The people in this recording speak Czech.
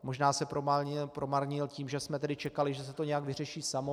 Možná se promarnil tím, že jsme tedy čekali, že se to nějak vyřeší samo.